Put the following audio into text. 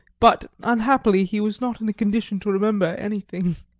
but unhappily he was not in a condition to remember anything.